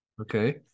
Okay